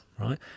right